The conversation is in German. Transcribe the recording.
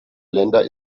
länder